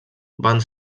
van